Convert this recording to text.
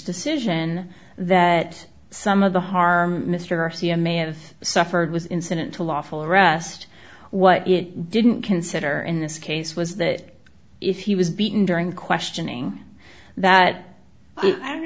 decision that some of the harm mr garcia may have suffered was incident to lawful arrest what it didn't consider in this case was that if he was beaten during questioning that i don't